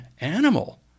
animal